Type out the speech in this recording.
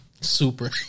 super